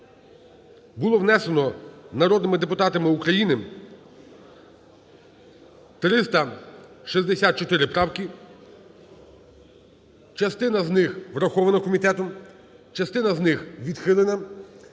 було внесено народними депутатами України 364 правки, частина з них врахована комітетом, частина з них відхилена.